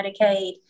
medicaid